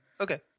Okay